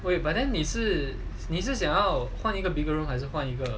wait but then 你是想要换一个 bigger room 还是换一个